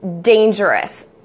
dangerous